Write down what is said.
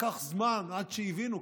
לקח זמן עד שהבינו,